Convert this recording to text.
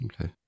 Okay